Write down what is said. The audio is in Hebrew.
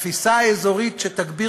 תפיסה אזורית שתגביר